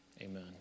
Amen